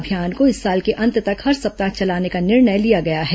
अभियान को इस साल के अंत तक हर सप्ताह चलाने का निर्णय लिया गया है